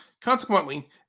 consequently